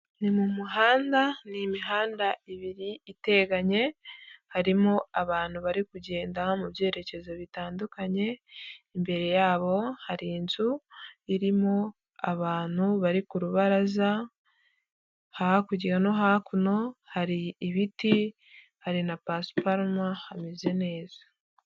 Ni mu muhanda, n'imihanda ibiri iteganye harimo abantu bari kugenda mu byerekezo bitandukanye, imbere yabo hari inzu irimo abantu bari ku rubaraza hakurya no hakuno hari ibiti, hari na pasiparuma hameze neza.